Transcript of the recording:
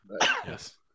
Yes